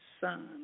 son